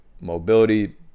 mobility